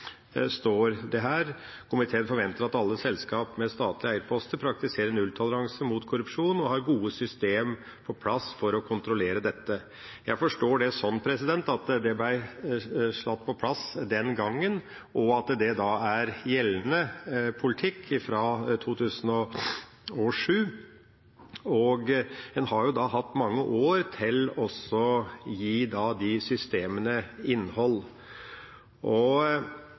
at alle selskapa med statlege eigarposter praktiserer nulltoleranse mot korrupsjon, og har gode system på plass for å kontrollera dette.» Jeg forstår det sånn at det ble satt på plass den gangen, at det da er gjeldende politikk fra 2007, og en har hatt mange år til å gi de systemene innhold.